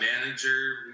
manager